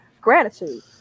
gratitude